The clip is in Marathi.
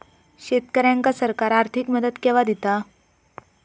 शेतकऱ्यांका सरकार आर्थिक मदत केवा दिता?